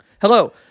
Hello